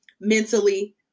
mentally